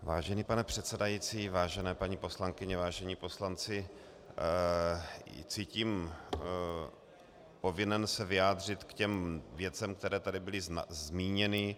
Vážený pane předsedající, vážené paní poslankyně, vážení poslanci, cítím povinnost se vyjádřit k těm věcem, které tu byly zmíněny.